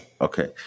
Okay